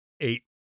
Eight